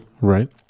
right